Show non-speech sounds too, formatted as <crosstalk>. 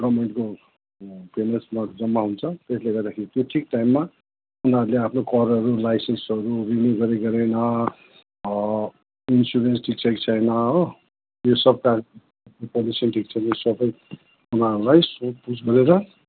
गर्मेन्टको जम्मा हुन्छ त्यसले गर्दाखेरि त्यो ठिक टाइममा उनीहरूले आफ्नो करहरू लाइसेन्सहरू रिन्युवल गरेन इन्सुरेन्स ठिक छ कि छैन हो यो सब <unintelligible> पल्युसन ठिक छैन यो सबै उहाँहरूलाई सोधपुछ गरेर